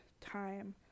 time